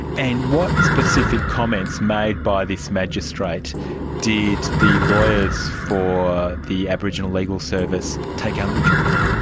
and what specific comments made by this magistrate did the lawyers for the aboriginal legal service take umbrage with?